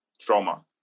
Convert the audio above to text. trauma